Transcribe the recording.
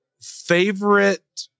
Favorite